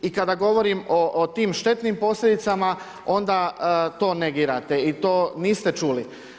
I kada govorim o tim štetnim posljedicama onda to negirate i to nismo čuli.